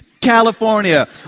California